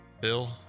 bill